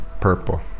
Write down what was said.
Purple